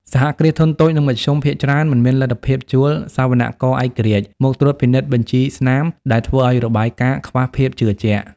សហគ្រាសធុនតូច និងមធ្យម ភាគច្រើនមិនមានលទ្ធភាពជួល "សវនករឯករាជ្យ" មកត្រួតពិនិត្យបញ្ជីស្នាម ដែលធ្វើឱ្យរបាយការណ៍ខ្វះភាពជឿជាក់។